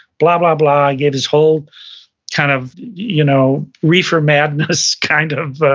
blah, blah, blah. he gave his whole kind of you know reefer madness kind of